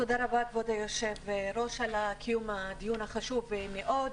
תודה רבה כבוד היושב ראש על קיום הדיון החשוב מאוד.